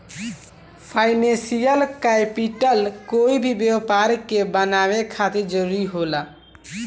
financial capital कोई भी व्यापार के बनावे खातिर जरूरी होला